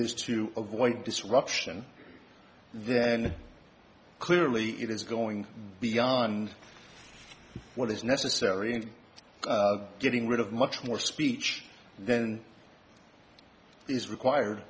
is to avoid disruption then clearly it is going beyond what is necessary in getting rid of much more speech then is required